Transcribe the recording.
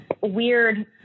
weird